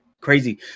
crazy